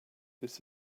this